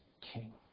King